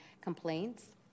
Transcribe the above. complaints